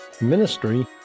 ministry